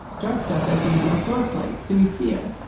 dark stuff, as you know, absorbs light, so you see it.